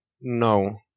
No